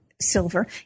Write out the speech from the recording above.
silver